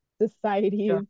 society